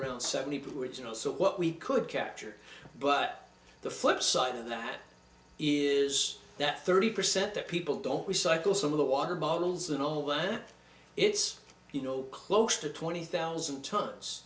around seventy people which you know so what we could capture but the flip side of that is that thirty percent that people don't recycle some of the water bottles and all that it's you know close to twenty thousand t